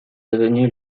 devenu